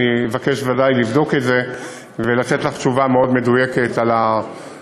אני אבקש בוודאי לבדוק את זה ולתת לך תשובה מאוד מדויקת על הפרט,